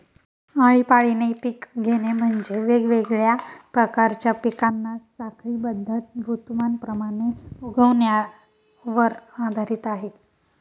आळीपाळीने पिक घेणे म्हणजे, वेगवेगळ्या प्रकारच्या पिकांना साखळीबद्ध ऋतुमानाप्रमाणे उगवण्यावर आधारित आहे